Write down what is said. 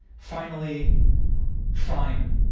finally fine. um